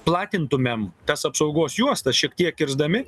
platintumėm tas apsaugos juostas šiek tiek kirsdami